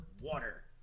water